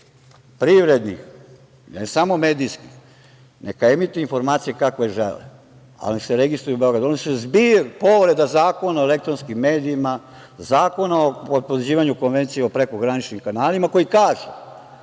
privrednih, ne samo medijskih, neka emituju informacije kakve žele, ali da se registruju u Beogradu, oni su zbir povreda Zakona o elektronskim medijima, Zakona o potvrđivanju Konvencije o prekograničnim kanalima, koji kaže